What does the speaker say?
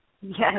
Yes